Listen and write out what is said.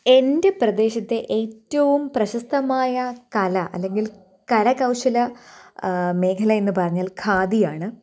എൻ്റെ പ്രദേശത്തെ ഏറ്റവും പ്രശസ്തമായ കല അല്ലെങ്കിൽ കരകൗശല മേഖല എന്ന് പറഞ്ഞാൽ ഖാദിയാണ്